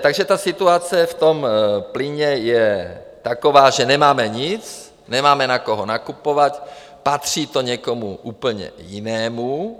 Takže ta situace v plynu je taková, že nemáme nic, nemáme na koho nakupovat, patří to někomu úplně jinému.